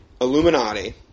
Illuminati